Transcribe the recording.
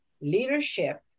leadership